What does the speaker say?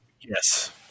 Yes